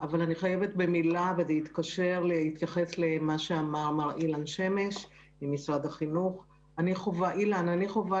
הם מגיעים למיתר ולא מקבלים חינוך, לא מקבלים